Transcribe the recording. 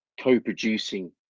co-producing